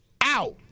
out